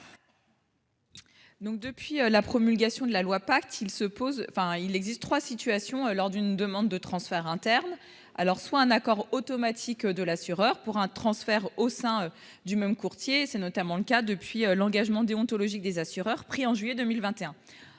depuis la promulgation de la loi pacte ils se posent. Enfin, il existe 3 situations lors d'une demande de transfert interne alors soit un accord automatique de l'assureur pour un transfert au sein du même courtier c'est notamment le cas depuis l'engagement déontologiques des assureurs pris en juillet 2021